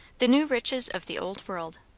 the new riches of the old world.